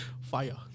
fire